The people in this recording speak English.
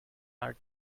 our